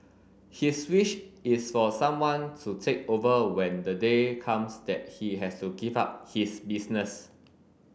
his wish is for someone to take over when the day comes that he has to give up his business